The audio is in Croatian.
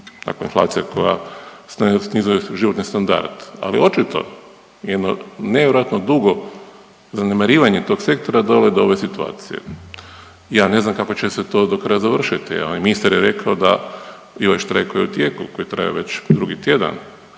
Dakle, inflacija koja snizuje životni standard, ali očito jedno nevjerojatno dugo zanemarivanje tog sektora dovodi do ove situacije. Ja ne znam kako će se to dokraja završiti, ali ministar je rekao bio je štrajk koji je u tijeku, koji traje već drugi tjedan,